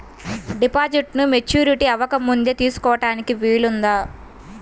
డిపాజిట్ను మెచ్యూరిటీ అవ్వకముందే తీసుకోటానికి వీలుందా?